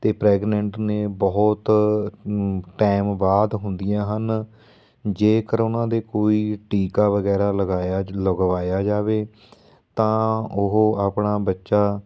ਅਤੇ ਪ੍ਰੈਗਨੈਂਟ ਨੇ ਬਹੁਤ ਟਾਈਮ ਬਾਅਦ ਹੁੰਦੀਆਂ ਹਨ ਜੇਕਰ ਉਹਨਾਂ ਦੇ ਕੋਈ ਟੀਕਾ ਵਗੈਰਾ ਲਗਾਇਆ ਲਗਵਾਇਆ ਜਾਵੇ ਤਾਂ ਉਹ ਆਪਣਾ ਬੱਚਾ